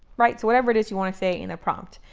right, so whatever it is you want to say in a prompt.